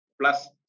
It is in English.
plus